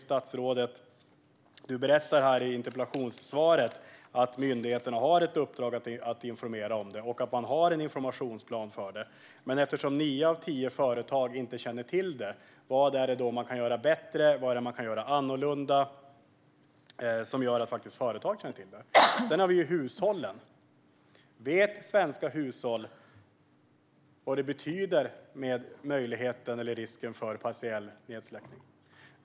Statsrådet berättar i sitt interpellationssvar att myndigheterna har ett uppdrag att informera om detta och att man har en informationsplan. Men eftersom nio av tio företag inte känner till detta, vad kan man då göra bättre eller annorlunda för att de ska känna till det? Sedan har vi hushållen. Vet svenska hushåll vad risken för partiell nedsläckning betyder?